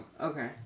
Okay